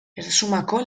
erresumako